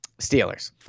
Steelers